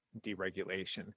deregulation